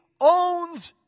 owns